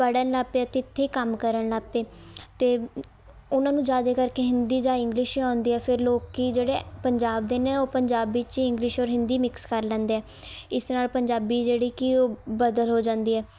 ਪੜ੍ਹਨ ਲੱਗ ਪਏ ਅਤੇ ਇੱਥੇ ਹੀ ਕੰਮ ਕਰਨ ਲੱਗ ਪਏ ਅਤੇ ਉਹਨਾਂ ਨੂੰ ਜ਼ਿਆਦਾ ਕਰਕੇ ਹਿੰਦੀ ਜਾਂ ਇੰਗਲਿਸ਼ ਆਉਂਦੀ ਆ ਫਿਰ ਲੋਕ ਜਿਹੜੇ ਪੰਜਾਬ ਦੇ ਨੇ ਉਹ ਪੰਜਾਬੀ 'ਚ ਇੰਗਲਿਸ਼ ਔਰ ਹਿੰਦੀ ਮਿਕਸ ਕਰ ਲੈਂਦੇ ਆ ਇਸ ਨਾਲ ਪੰਜਾਬੀ ਜਿਹੜੀ ਕਿ ਉਹ ਬਦਲ ਹੋ ਜਾਂਦੀ ਹੈ